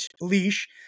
leash